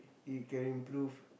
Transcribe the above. it can improve